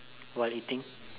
while eating